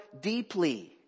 deeply